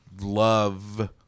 love